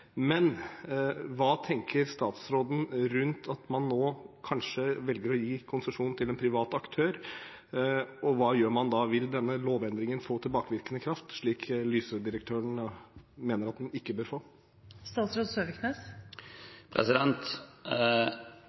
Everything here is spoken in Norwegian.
Men hva tenker statsråden rundt at man nå kanskje velger å gi konsesjon til en privat aktør, og hva gjør man da? Vil denne lovendringen få tilbakevirkende kraft, slik Lyse-direktøren mener at den ikke bør